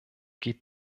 geht